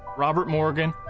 robert morgan.